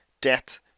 death